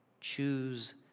choose